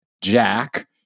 Jack